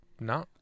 No